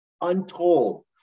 untold